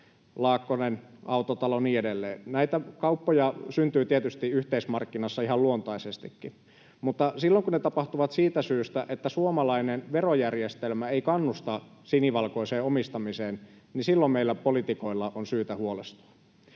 Laakkonen, ja niin edelleen. Näitä kauppoja syntyy tietysti yhteismarkkinassa ihan luontaisestikin, mutta silloin kun ne tapahtuvat siitä syystä, että suomalainen verojärjestelmä ei kannusta sinivalkoiseen omistamiseen, niin silloin meillä poliitikoilla on syytä huolestua.